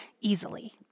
easily